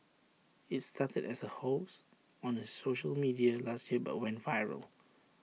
IT started as A hoax on the social media last year but went viral